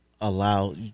Allow